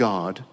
God